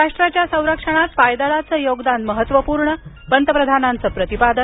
राष्ट्राच्या संरक्षणात पायदळाच योगदान महत्त्वपूर्ण पंतप्रधानांचं प्रतिपादन